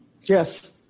Yes